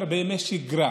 אני מדבר על ימי שגרה.